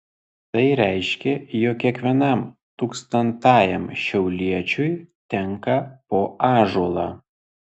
tai reiškė jog kiekvienam tūkstantajam šiauliečiui tenka po ąžuolą